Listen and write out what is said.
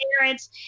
parents